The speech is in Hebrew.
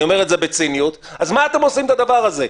אני אומר את זה בציניות אז מה אתם עושים את הדבר הזה?